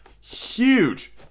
huge